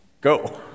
Go